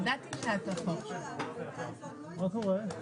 יעל רון בן משה (כחול לבן):